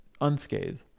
unscathed